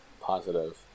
positive